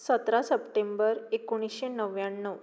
सतरा सेप्टेंबर एकुणशें णव्याणव